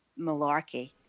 malarkey